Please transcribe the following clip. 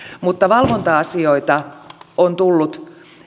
mutta valvonta asioita on tullut